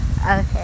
Okay